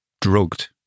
drugged